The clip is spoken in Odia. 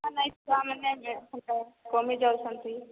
ହଁ ନାଇଁ ଛୁଆମାନେ କମିଯାଉଛନ୍ତି